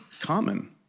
common